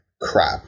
crap